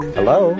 Hello